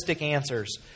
answers